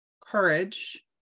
courage